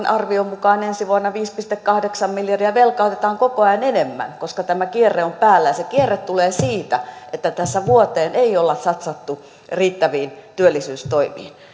arvion mukaan ensi vuonna viisi pilkku kahdeksan miljardia velkaa otetaan koko ajan enemmän koska tämä kierre on päällä ja se kierre tulee siitä että tässä ei vuoteen olla satsattu riittäviin työllisyystoimiin